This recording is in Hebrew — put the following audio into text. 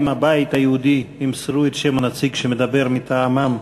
אם הבית היהודי ימסרו את שם הנציג שמדבר מטעמם,